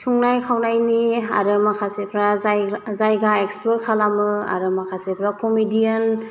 संनाय खावनायनि आरो माखासेफ्रा जाय जायगा एक्सप्लोर खालामो आरो माखासेफ्रा कमेडीयान